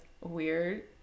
weird